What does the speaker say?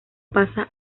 pasa